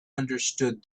understood